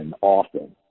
often